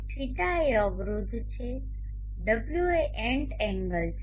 δ એ અવરોધ છે ω એ એંટ એંગલ છે